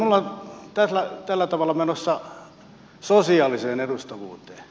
me olemme tällä tavalla menossa sosiaaliseen edustavuuteen